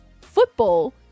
football